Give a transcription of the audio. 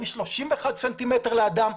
אז היו 31 סנטימטרים לאדם,